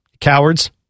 Cowards